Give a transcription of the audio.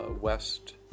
West